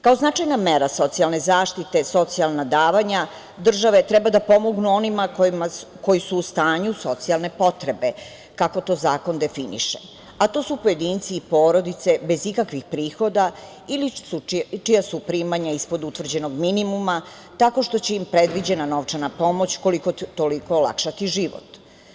Kao značajna mera socijalne zaštite, socijalna davanja države treba da pomognu onima koji su u stanju socijalne potrebe kako to zakon definiše, a to su pojedinci i porodice bez ikakvih prihoda ili čija su primanja ispod utvrđenog minimuma tako što će im predviđena novčana pomoć koliko toliko olakšati život.